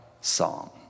song